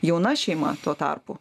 jauna šeima tuo tarpu